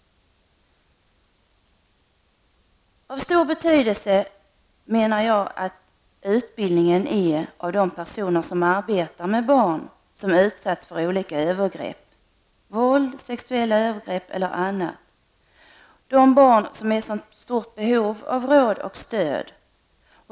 Av stor betydelse är, menar jag, utbildning av de personer som arbetar med barn som utsatts för olika övergrepp: våld, sexuella övergrepp eller annat. De barnen är i stort behov av råd och stöd.